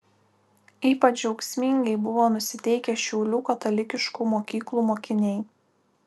ypač džiaugsmingai buvo nusiteikę šiaulių katalikiškų mokyklų mokiniai